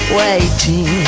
waiting